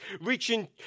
reaching